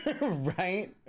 Right